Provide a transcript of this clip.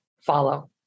follow